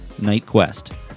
nightquest